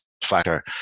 factor